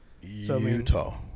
Utah